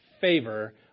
favor